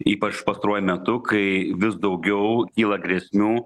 ypač pastaruoju metu kai vis daugiau kyla grėsmių